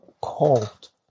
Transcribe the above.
called